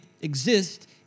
exist